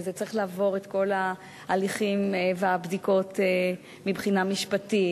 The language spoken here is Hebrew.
וזה צריך לעבור את כל ההליכים והבדיקות מבחינה משפטית.